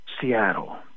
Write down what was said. Seattle